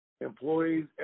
employees